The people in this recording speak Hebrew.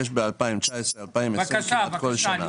יש ב-2019, 2020 כמעט כל שנה.